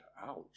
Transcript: Ouch